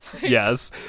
Yes